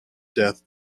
death